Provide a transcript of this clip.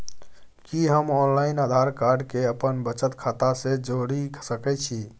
कि हम online Aadhaar card के अपन बचत खाता से जोरि सकै छी?